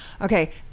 Okay